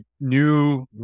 new